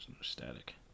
static